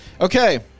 Okay